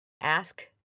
ask